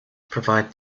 provide